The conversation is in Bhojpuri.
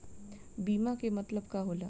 बीमा के मतलब का होला?